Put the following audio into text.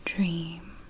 dream